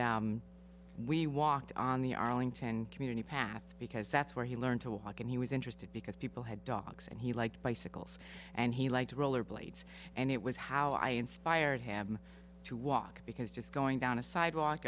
we walked on the arlington community path because that's where he learned to walk and he was interested because people had dogs and he liked bicycles and he liked roller blades and it was how i inspired him to walk because just going down a sidewalk